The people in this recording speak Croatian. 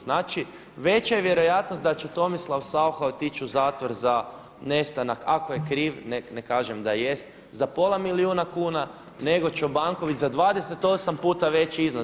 Znači, veća je vjerojatnost da će Tomislav Saucha otići u zatvor za nestanak, ako je kriv, ne kažem da je jest za pola milijuna kuna, nego Čobanković za 28 puta veći iznos.